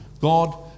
God